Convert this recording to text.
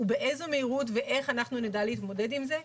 ובאיזו מהירות ואיך אנחנו נדע להתמודד עם זה,